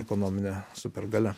ekonominė supergalia